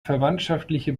verwandtschaftliche